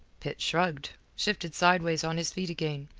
pitt shrugged, shifted sideways on his feet again,